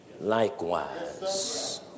likewise